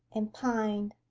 and pined.